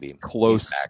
close –